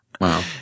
Wow